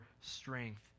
strength